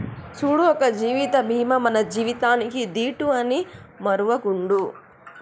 సూడు ఒక జీవిత బీమా మన జీవితానికీ దీటు అని మరువకుండు